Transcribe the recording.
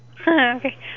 Okay